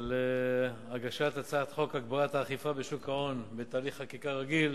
על הגשת הצעת חוק הגברת האכיפה בשוק ההון בתהליך חקיקה רגיל,